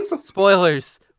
Spoilers